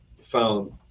found